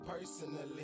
personally